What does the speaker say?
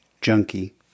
junkie